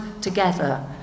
together